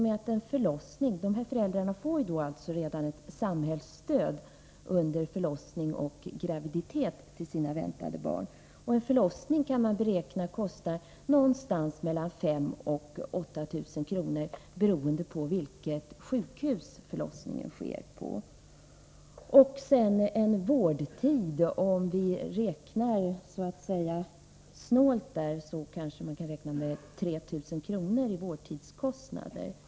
De föräldrarna får ju redan ett samhällsstöd till sina barn under graviditet och förlossning. Man kan beräkna att en förlossning kostar någonstans mellan 5 000 och 8 000 kr. beroende på vilket sjukhus förlossningen sker på. Om vi sedan räknar snålt vad gäller vårdtid kan vi räkna med 3 000 kr. i vårdkostnader.